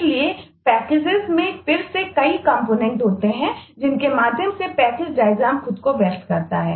इसलिए पैकेजों खुद को व्यक्त करते हैं